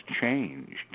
changed